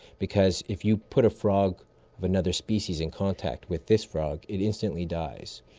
because if you put a frog of another species in contact with this frog it instantly dies,